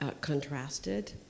contrasted